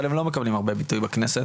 אבל הם לא מקבלים הרבה ביטוי בכנסת.